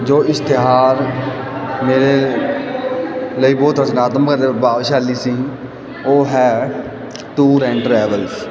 ਜੋ ਇਸ਼ਤਿਹਾਰ ਮੇਰੇ ਲਈ ਬਹੁਤ ਰਚਨਾਤਮਕ ਤੇ ਪ੍ਰਭਾਵਸ਼ਾਲੀ ਸੀ ਉਹ ਹੈ ਟੂਰ ਐਂਡ ਟ੍ਰੈਵਲਸ